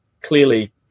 clearly